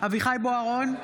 אביחי אברהם בוארון,